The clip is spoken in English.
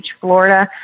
Florida